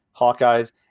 Hawkeyes